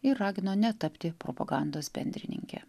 ir ragino netapti propagandos bendrininke